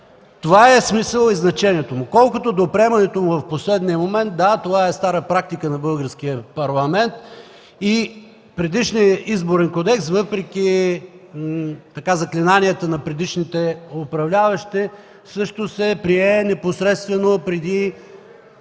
е като предния. ПАВЕЛ ШОПОВ: Колкото до приемането му в последния момент, да, това е стара практика в Българския парламент. Предишният Изборен кодекс, въпреки заклинанието на предишните управляващи, също се прие непосредствено преди